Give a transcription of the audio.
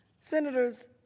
Senators